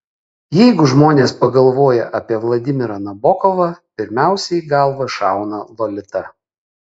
jeigu žmonės pagalvoja apie vladimirą nabokovą pirmiausia į galvą šauna lolita